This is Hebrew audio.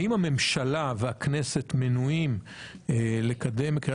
האם הממשלה והכנסת מנועים לקדם בקריאה